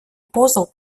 позов